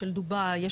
של דובאי,